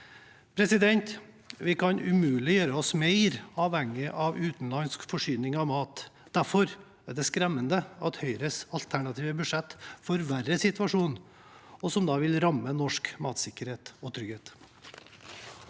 i dag.» Vi kan umulig gjøre oss mer avhengig av utenlandsk forsyning av mat. Derfor er det skremmende at Høyres alternative budsjett forverrer situasjonen, noe som vil ramme norsk matsikkerhet og trygghet.